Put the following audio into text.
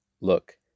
Look